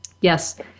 Yes